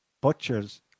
butchers